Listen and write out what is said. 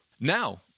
Now